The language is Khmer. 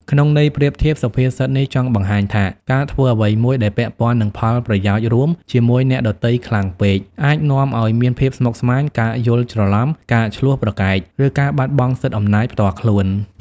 ក្នុងន័យប្រៀបធៀប សុភាសិតនេះចង់បង្ហាញថា ការធ្វើអ្វីមួយដែលពាក់ព័ន្ធនឹងផលប្រយោជន៍រួមជាមួយអ្នកដទៃខ្លាំងពេក អាចនាំឲ្យមានភាពស្មុគស្មាញ ការយល់ច្រឡំ ការឈ្លោះប្រកែក ឬការបាត់បង់សិទ្ធិអំណាចផ្ទាល់ខ្លួន។